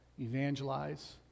evangelize